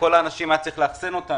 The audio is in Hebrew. היה צריך לאכסן את כל האנשים,